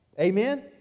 amen